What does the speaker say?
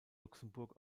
luxemburg